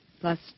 Plus